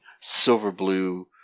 Silverblue